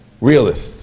realists